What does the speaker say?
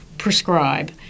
prescribe